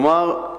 כלומר,